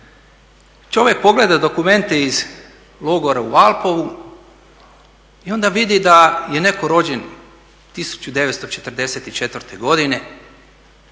čovjek pogleda dokumente iz Logora u Valpovu i onda vidi da je neko rođen 1944. godine